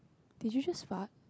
did you just fart